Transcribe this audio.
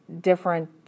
different